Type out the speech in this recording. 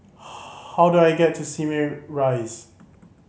how do I get to Simei Rise